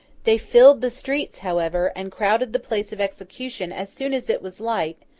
they filled the streets, however, and crowded the place of execution as soon as it was light